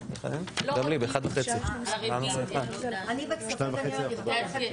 בשעה 13:21.) אני מחדש את ישיבת ועדת